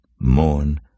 mourn